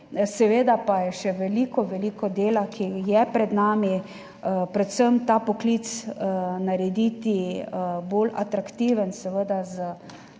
seveda pa je še veliko veliko dela, ki je pred nami, predvsem ta poklic narediti bolj atraktiven. Prvi